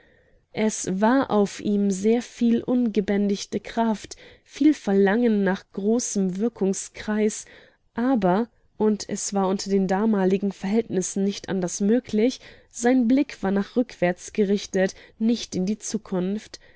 es war auf ihm sehr viel ungebändigte kraft viel verlangen nach großem wirkungskreis aber und es war unter den damaligen verhältnissen nicht anders möglich sein blick war nach rückwärts gerichtet nicht in die zukunft